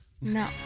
No